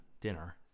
dinner